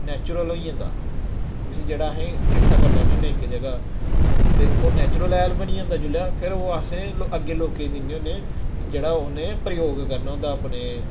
natural होई जंदा उस्सी जेह्ड़ा अस किट्ठा करी लैन्ने होन्ने इक जगह् ते ओह् नैचुरल हैल बनी जंदा जेल्लै फिर ओह् असें अग्गे लोकें दिन्ने होन्ने जेह्ड़ा उ'नें प्रयोग करना होंदा अपने